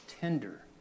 tender